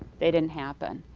they didn't happen.